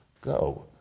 go